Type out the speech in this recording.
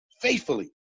faithfully